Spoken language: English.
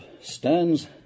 stands